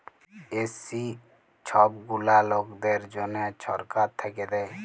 SC ছব গুলা লকদের জ্যনহে ছরকার থ্যাইকে দেয়